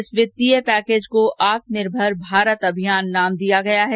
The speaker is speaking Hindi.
इस वित्तीय पैकेज को आत्मनिर्भर भारत अभियान नाम दिया गया है